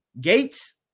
Gates